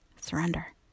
surrender